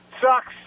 sucks